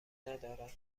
ندارد